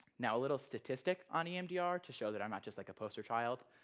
now a little statistic on emdr to show that i'm not just, like, a poster child.